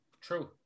true